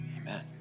Amen